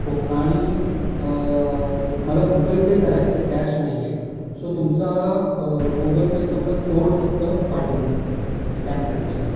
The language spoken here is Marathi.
हो आणि मला गुगल पे करायचं आहे कॅश नाही आहे सो तुमचा गुगल पेचा मला कोड फक्त पाठवून द्या स्कॅन करण्यासाठी